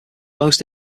most